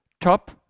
top